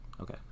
okay